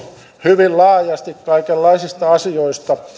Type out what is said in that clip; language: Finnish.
hyvin laajasti kaikenlaisista asioista